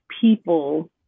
people